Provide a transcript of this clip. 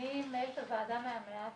אני מנהלת הוועדה מהמאה הקודמת,